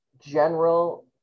general